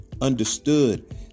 understood